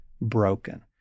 broken